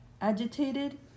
agitated